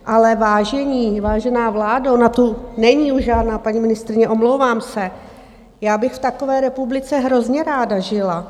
Ale vážení, vážená vládo, ona tu není už žádná paní ministryně, omlouvám se, já bych v takové republice hrozně ráda žila.